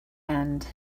end